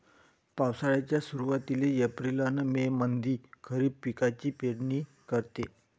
पावसाळ्याच्या सुरुवातीले एप्रिल अन मे मंधी खरीप पिकाची पेरनी करते